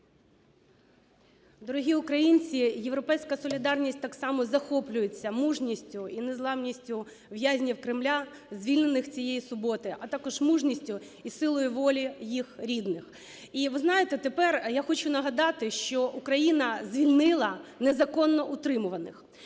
Дорогі українці! "Європейська солідарність" так само захоплюється мужністю і незламністю в'язнів Кремля, звільнених цієї суботи. А також мужністю і силою волі їх рідних. І, ви знаєте, тепер я хочу нагадати, що Україна звільнила незаконно утримуваних.